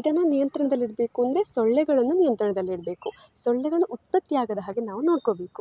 ಇದನ್ನು ನಿಯಂತ್ರಣದಲ್ಲಿಡ್ಬೇಕು ಅಂದರೆ ಸೊಳ್ಳೆಗಳನ್ನು ನಿಯಂತ್ರಣದಲ್ಲಿಡಬೇಕು ಸೊಳ್ಳೆಗಳು ಉತ್ಪತ್ತಿಯಾಗದ ಹಾಗೆ ನಾವು ನೋಡ್ಕೋಬೇಕು